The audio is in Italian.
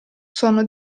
sono